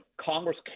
Congress